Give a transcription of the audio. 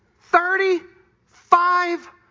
Thirty-five